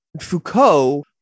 Foucault